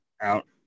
out